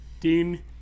Dean